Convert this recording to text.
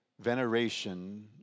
veneration